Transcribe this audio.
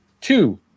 two